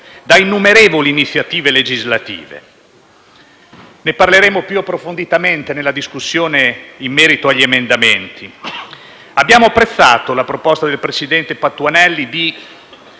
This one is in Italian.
da innumerevoli iniziative legislative. Ne parleremo più approfonditamente nella discussione in merito agli emendamenti. Abbiamo apprezzato la proposta del presidente Patuanelli di